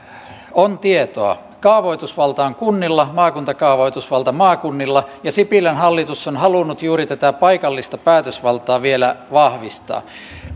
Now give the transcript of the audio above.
on tietoa kaavoitusvalta on kunnilla ja maakuntakaavoitusvalta maakunnilla ja sipilän hallitus on halunnut juuri tätä paikallista päätösvaltaa vielä vahvistaa